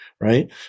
right